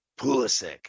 Pulisic